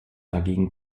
dagegen